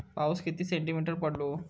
पाऊस किती सेंटीमीटर पडलो?